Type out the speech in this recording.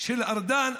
של ארדן,